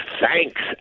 thanks